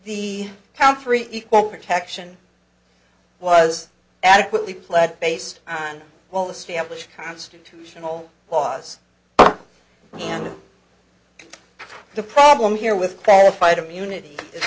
three equal protection was adequately pled based on well established constitutional laws and the problem here with qualified immunity